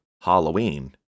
Halloween